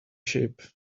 ship